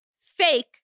fake